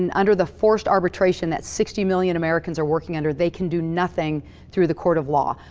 and under the forced arbitration that sixty million americans are working under, they can do nothing through the court of law.